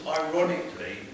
ironically